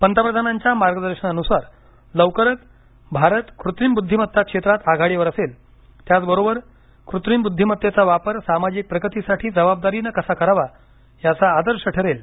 पंतप्रधानांच्या मार्गदर्शनानुसार लवकरच भारत कृत्रिम बुद्धीमत्ता क्षेत्रात आघाडीवर असेल त्याचबरोबर कृत्रिम बुद्धीमत्तेचा वापर सामाजिक प्रगतीसाठी जबाबदारीनं कसा करावा याचा आदर्श ठरेल